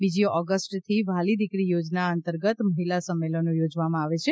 બીજી ઓગસ્ટથી વ્હાલી દિકરી યોજના અંતર્ગત મહિલા સંમેલનો યોજવામાં આવે છે